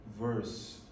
verse